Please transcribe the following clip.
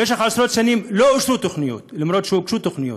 במשך עשרות שנים לא אושרו תוכניות אף שהוגשו תוכניות.